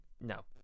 No